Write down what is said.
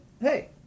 hey